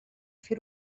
fer